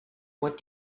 what